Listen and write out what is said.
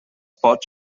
pots